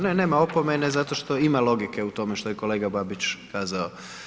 Ne, nema opomene zato što ima logike u tome što je kolega Babić kazao.